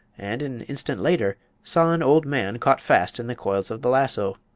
and an instant later saw an old man caught fast in the coils of the lasso.